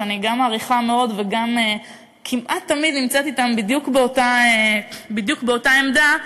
שאני גם מעריכה מאוד וגם כמעט תמיד נמצאת אתם בדיוק באותה עמדה,